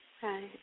Hi